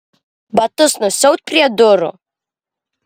batus nusiaut prie durų